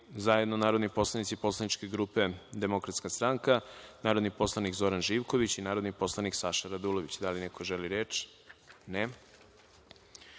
zajedno narodni poslanici Poslaničke grupe DS, narodni poslanik Zoran Živković i narodni poslanik Saša Radulović. Da li neko želi reč?